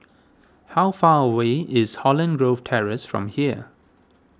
how far away is Holland Grove Terrace from here